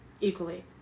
equally